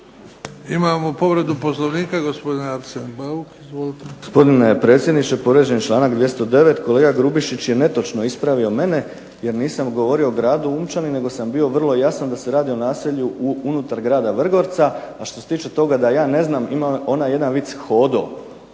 Imamo povredu Poslovnika, gospodin Arsen Bauk. Izvolite. **Bauk, Arsen (SDP)** Gospodine predsjedniče, povrijeđen je članak 209. Kolega Grubišić je netočno ispravio mene, jer nisam govorio o gradu Unčani, nego sam bio vrlo jasan da se radi o naselju unutar grada Vrgorca. A što se tiče toga da ja ne znam ima jedan vic hodo.